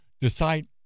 decide